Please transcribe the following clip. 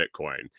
bitcoin